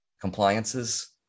compliances